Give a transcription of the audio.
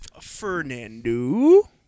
Fernando